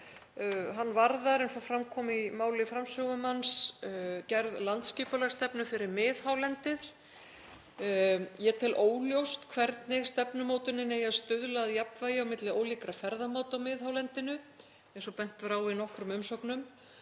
Hann varðar, eins og fram kom í máli framsögumanns, gerð landsskipulagsstefnu fyrir miðhálendið. Ég tel óljóst hvernig stefnumótunin eigi að stuðla að jafnvægi á milli ólíkra ferðamáta á miðhálendinu, eins og bent var á í nokkrum umsögnum,